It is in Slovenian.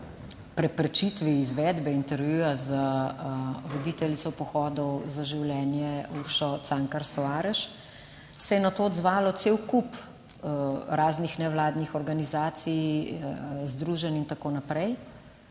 preprečitvi izvedbe intervjuja z voditeljico Pohodov za življenje Uršo Cankar / nerazumljivo/. Se je na to odzvalo cel kup raznih nevladnih organizacij, združenj in tako naprej.